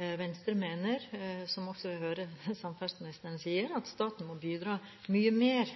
Venstre mener, som jeg også hører samferdselsministeren si, at staten må bidra mye mer